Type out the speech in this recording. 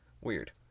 weird